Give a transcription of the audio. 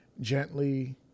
gently